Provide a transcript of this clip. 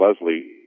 Leslie